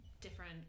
different